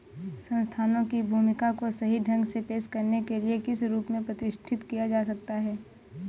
संस्थानों की भूमिका को सही ढंग से पेश करने के लिए किस रूप से प्रतिष्ठित किया जा सकता है?